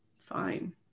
fine